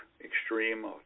extreme